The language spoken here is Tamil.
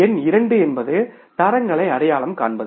எண் இரண்டு என்பது தரங்களை அடையாளம் காண்பது